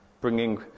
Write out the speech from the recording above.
bringing